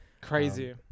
Crazy